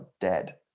dead